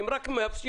אם רק מאפשרים.